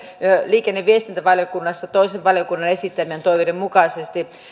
liikenne ja viestintävaliokunnassa huomioitu toisen valiokunnan esittämien toiveiden mukaisesti